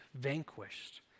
vanquished